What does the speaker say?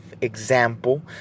example